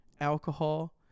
alcohol